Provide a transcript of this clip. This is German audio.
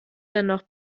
dennoch